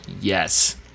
yes